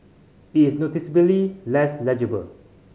it is noticeably less legible